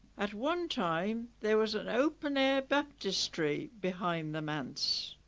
at one time there was an open-air baptistry behind the manse